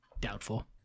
Doubtful